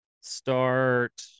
start